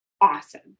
awesome